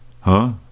Huh